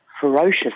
ferocious